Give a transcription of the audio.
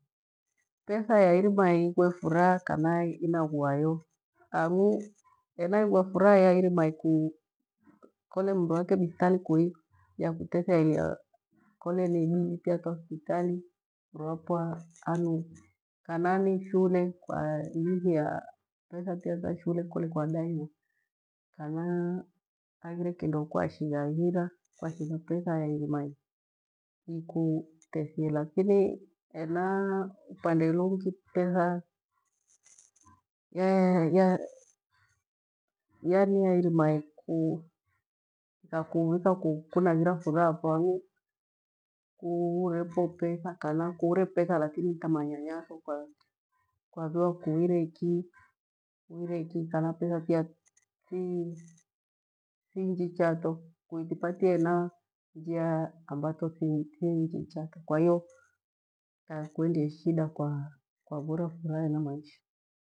Petha yairima ighue furaha kana yairima inaghaa yo hang'u hena ighua furaha yairima ikukole. Mru akebithtali kui yakutethea kole ni ibili tiya ta hospitali ni mru wafo unueka na ni shule kwa lihia petha tiya tushule kole kwa daiwa kana haghire kindo kwashigha, ihira kwashigha petha yairima, ikutetie lakini hena upande lingi. Petha ya-yairima iku yakuvika kunaghira furaha angu, kuurefo petha kana kuure petha lakini ni ta manyanyatho. Kwaviwa ku ihire iki uhire iki kana petha tiya ti thinjacha to kutuputie hena njia ambato thinjicha, to kwahiyo takuendie shida kwa ura furaha hena maisha.